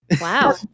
Wow